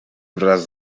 wraz